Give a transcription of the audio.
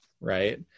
Right